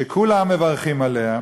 שכולם מברכים עליה,